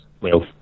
wealth